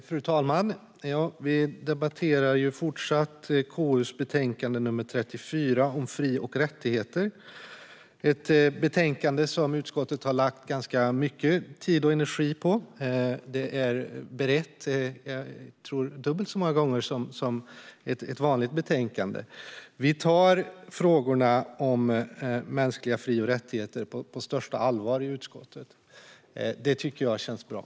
Fru talman! Vi debatterar fortsatt KU:s betänkande KU34 Fri och rättigheter . Utskottet har lagt mycket tid och energi på betänkandet. Det är berett dubbelt så många gånger, tror jag, som ett vanligt betänkande. Vi tar frågorna om mänskliga fri och rättigheter på största allvar i utskottet, och det tycker jag känns bra.